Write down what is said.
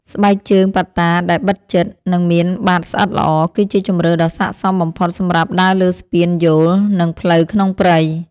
ស្បែកជើងប៉ាតាដែលបិទជិត និងមានបាតស្អិតល្អ គឺជាជម្រើសដ៏ស័ក្តិសមបំផុតសម្រាប់ដើរលើស្ពានយោល និងផ្លូវក្នុងព្រៃ។